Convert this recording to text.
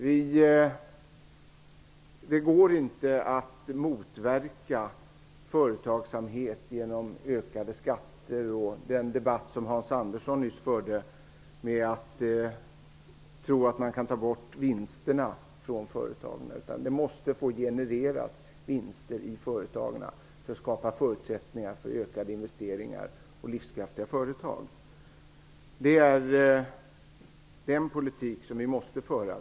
Det går inte att motverka företagsamhet genom ökade skatter och genom att tro att man kan ta bort vinsterna från företagen. Hans Andersson förde nyss debatt om det. Det måste få genereras vinster i företagen för att man skall kunna skapa förutsättningar för ökade investeringar och livskraftiga företag. Det är den politik vi måste föra.